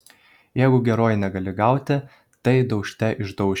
jei geruoju negali gauti tai daužte išdauši